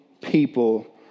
people